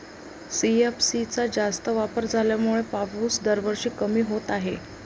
CFC चा जास्त वापर झाल्यामुळे पाऊस दरवर्षी कमी होत आहे